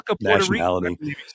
nationality